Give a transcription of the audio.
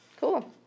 Cool